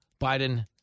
Biden